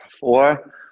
Four